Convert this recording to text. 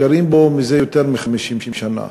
בית שהם גרים בו מזה יותר מ-50 שנה.